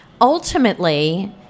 ultimately